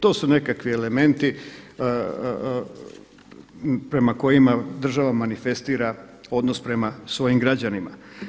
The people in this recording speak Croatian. To su nekakvi elementi prema kojima država manifestira odnos prema svojim građanima.